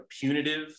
punitive